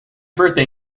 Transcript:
birthday